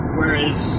Whereas